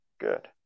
Good